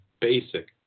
basic